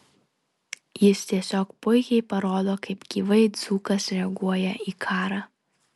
jis tiesiog puikiai parodo kaip gyvai dzūkas reaguoja į karą